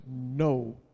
no